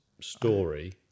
story